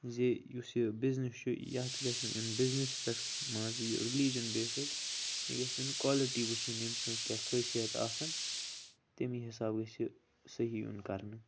زِ یُس یہِ بِزنٮ۪س چھُ یَتھ گَژھہِ نہٕ یُن بِزنٮ۪سَس پٮ۪ٹھ مان ژٕ یہِ ریٚلجَن بیسٕڈ یہِ گَژھہِ ہُن کالٹی وُچھٕنۍ ییٚمہ سٕنٛز کیاہ خٲصیَت آسَن تمے حسابہٕ گژھہِ یہِ سٔہی یُن کَرنہٕ